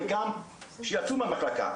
חלקם שיצאו מהמחלקה,